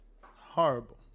Horrible